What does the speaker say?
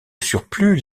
surplus